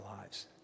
lives